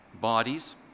bodies